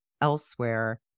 elsewhere